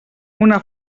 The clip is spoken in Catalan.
una